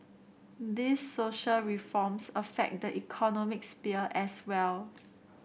these social reforms affect the economic sphere as well